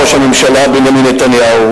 ראש הממשלה בנימין נתניהו,